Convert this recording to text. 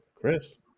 Chris